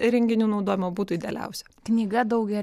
įrenginių naudojimo būtų idealiausia